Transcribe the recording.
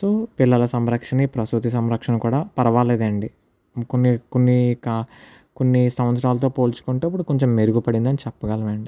so పిల్లల సంరక్షణ ఈ ప్రసూతి సంరక్షణ కూడా పర్వాలేదండి ఇంకొన్ని కొన్ని కా కొన్ని సంవత్సరాలతో పోల్చుకుంటే ఇప్పుడు కొంచెం మెరుగుపడిందని చెప్పగలం అండి